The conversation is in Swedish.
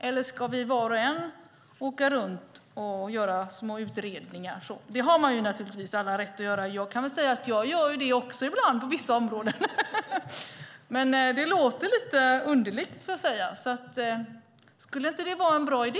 Eller ska var och en av oss åka runt och göra små utredningar? Det har man naturligtvis all rätt att göra. Jag kan säga att jag också gör det ibland på vissa områden. Men det låter lite underligt. Skulle inte det vara en bra idé?